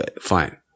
Fine